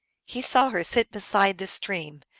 he saw her sit beside the stream,